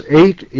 eight